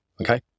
Okay